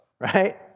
right